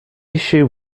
issue